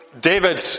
David